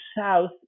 south